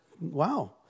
wow